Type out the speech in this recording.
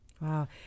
Wow